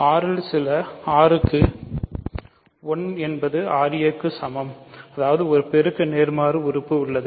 R இல் சில r க்கு 1 என்பது ra க்கு சமம் அதாவது ஒரு பெருக்க நேர்மாறு உறுப்பு உள்ளது